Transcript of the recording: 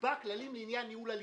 תקבע כללים לעניין ניהול הליכים.